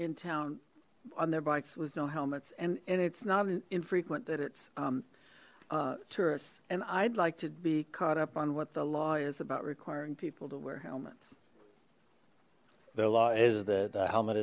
in town on their bikes with no helmets and and it's not an infrequent that it's um tourists and i'd like to be caught up on what the law is about requiring people to wear helmets their law is that a helmet